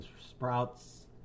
Sprouts